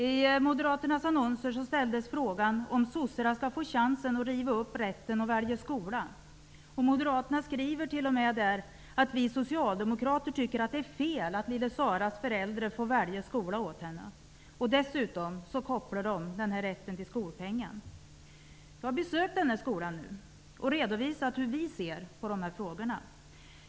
I Moderaternas annonser ställs frågan om ''sossarna ska få chansen att riva upp rätten att välja skola''. Moderaterna skriver där t.o.m. att vi socialdemokrater tycker att det är fel att lilla Saras föräldrar får välja skola åt henne. Dessutom kopplar de den rätten till skolpengen. Jag har alltså besökt den här skolan nu och redovisat hur vi ser på de här frågorna.